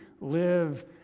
live